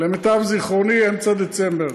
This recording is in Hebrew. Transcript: למיטב זיכרוני, אמצע דצמבר,